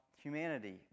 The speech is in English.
humanity